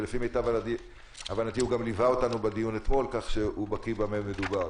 ולפי מיטב הבנתי הוא גם ליווה אותנו בדיון אתמול כך שהוא בקי במה מדובר.